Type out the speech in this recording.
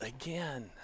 again